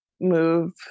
Move